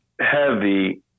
heavy